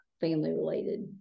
family-related